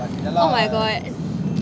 oh my god